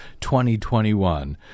2021